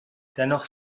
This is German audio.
dennoch